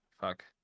fuck